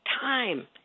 time